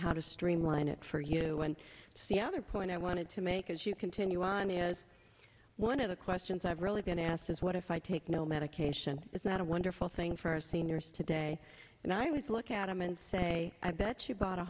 how to streamline it for you and see other point i wanted to make as you continue on one of the questions i've really been asked is what if i take no medication it's not a wonderful thing for seniors today and i was look at him and say i bet you bought a